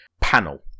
panel